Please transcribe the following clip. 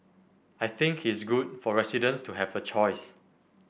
I think it's good for residents to have a choice